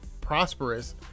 prosperous